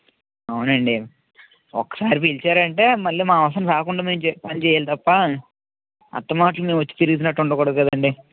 అవునండి ఒక్కసారి పిలిచారంటే మళ్ళీ మా అవసరం రాకుండా మేము పని చేయాలి తప్పా అస్తమానం మేము వచ్చి తిరుగుతున్నట్టు ఉండకూడదు కదండి